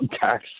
tax